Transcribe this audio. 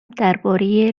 درباره